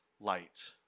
light